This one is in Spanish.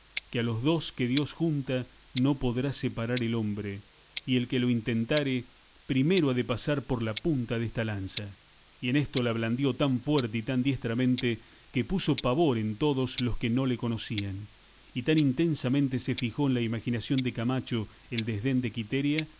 que a los dos que dios junta no podrá separar el hombre y el que lo intentare primero ha de pasar por la punta desta lanza y en esto la blandió tan fuerte y tan diestramente que puso pavor en todos los que no le conocían y tan intensamente se fijó en la imaginación de camacho el desdén de quiteria